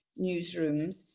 newsrooms